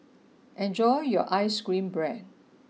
enjoy your Ice Cream Bread